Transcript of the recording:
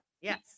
Yes